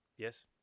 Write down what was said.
Yes